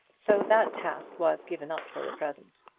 so that task was given up for the present.